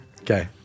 Okay